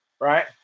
Right